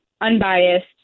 unbiased